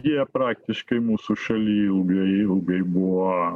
jie praktiškai mūsų šaly ilgai ilgai buvo